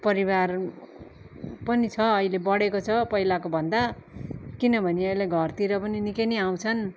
परिवार पनि छ अहिले बडेको छ पहिलाकोभन्दा किनभने अहिले घरतिर पनि निकै नै आउँछन्